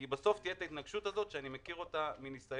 כי בסוף תהיה את ההתנגשות הזאת שאני מכיר אותה מניסיון,